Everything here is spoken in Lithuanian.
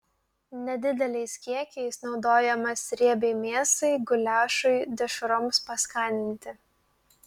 nedideliais kiekiais naudojamas riebiai mėsai guliašui dešroms paskaninti